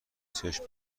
چشم